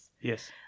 Yes